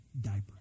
diaper